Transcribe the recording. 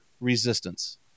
Resistance